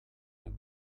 een